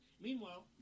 Meanwhile